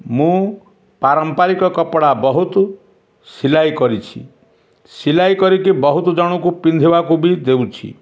ମୁଁ ପାରମ୍ପାରିକ କପଡ଼ା ବହୁତ ସିଲେଇ କରିଛି ସିଲେଇ କରିକି ବହୁତ ଜଣଙ୍କୁ ପିନ୍ଧିବାକୁ ବି ଦେଉଛି